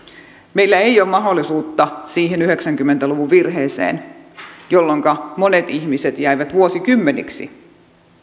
meillä ei ole mahdollisuutta siihen yhdeksänkymmentä luvun virheeseen jolloinka monet ihmiset jäivät vuosikymmeniksi